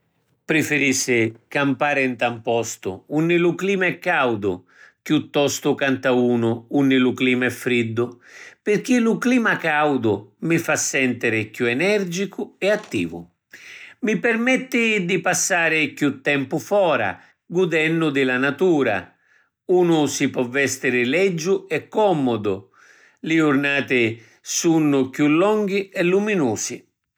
Prifirissi campari nta ‘n postu unni lu clima è caudu chiuttostu ca nta unu unni lu clima è friddu pirchì lu clima caudu mi fa sentiri chiù energicu e attivu. Mi permetti di passari chiù tempu fora, gudennu di la natura. Unu si po’ vestiri leggiu e commudu. Li jurnati sunnu chiù longhi e luminusi.